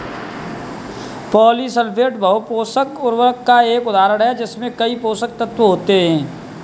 polysulphate बहु पोषक उर्वरक का एक उदाहरण है जिसमें कई पोषक तत्व होते हैं